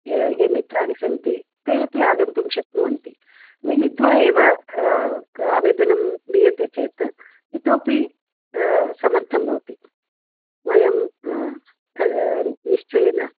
ये ये मित्राः सन्ति ते अपि आगन्तुं शक्नुवन्ति मिलित्वा एव आवेदनं दीयते चेत् इतोपि समर्थं भवति वयं निश्चयेन